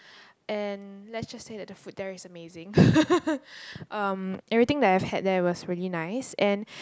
and let's just say that the food there is amazing um everything that I had there was very nice